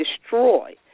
destroy